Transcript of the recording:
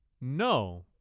No